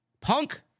Punk